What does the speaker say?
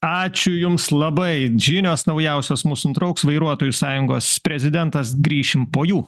ačiū jums labai žinios naujausios mus nutrauks vairuotojų sąjungos prezidentas grįšim po jų